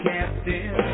Captain